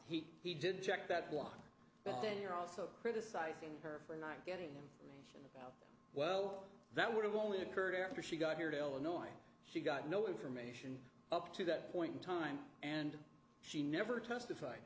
box he didn't check that one but then you're also criticizing her for not getting him well that would have only occurred after she got here to illinois she got no information up to that point in time and she never testified